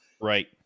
right